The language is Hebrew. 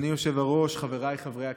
אדוני היושב-ראש, חבריי חברי הכנסת,